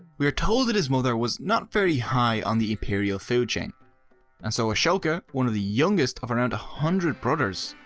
we are told that his mother was not very high on the imperial food chain and so ashoka, one of the youngest of around one hundred brothers,